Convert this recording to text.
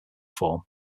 form